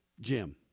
jim